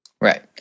Right